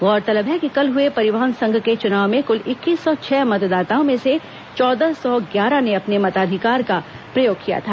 गौरतलब है कि कल हुए परिवहन संघ के चुनाव में कुल इक्कीस सौ छह मतदाताओं में से चौदह सौ ग्यारह ने अपने मताधिकार का प्रयोग किया था